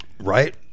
Right